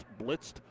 blitzed